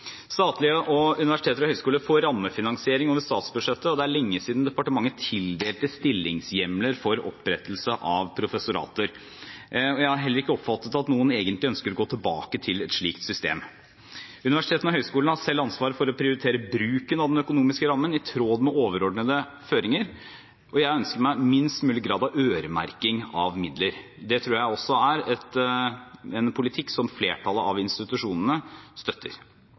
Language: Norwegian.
Statlige universiteter og høyskoler får rammefinansiering over statsbudsjettet, og det er lenge siden departementet tildelte stillingshjemler for opprettelse av professorater. Jeg har heller ikke oppfattet at noen egentlig ønsker å gå tilbake til et slikt system. Universitetene og høyskolene har selv ansvar for å prioritere bruken av den økonomiske rammen i tråd med overordnede føringer, og jeg ønsker meg minst mulig grad av øremerking av midler. Det tror jeg også er en politikk som flertallet av institusjonene støtter.